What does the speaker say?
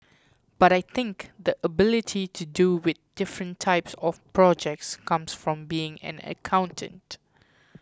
but I think the ability to deal with different types of projects comes from being an accountant